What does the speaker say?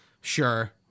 sure